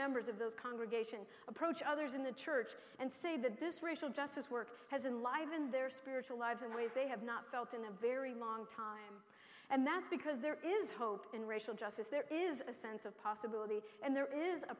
members of those congregation approach others in the church and say that this racial justice work has been live in their spiritual lives in ways they have not felt in a very long time and that's because there is hope in racial justice there is a sense of possibility and there is a